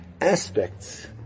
aspects